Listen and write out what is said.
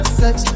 sex